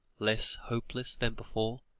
less hopeless than before?